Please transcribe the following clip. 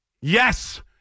yes